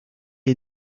est